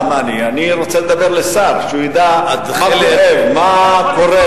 אני רוצה לדבר לשר, שידע מה כואב, מה קורה.